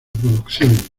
producción